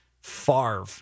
Favre